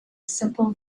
simple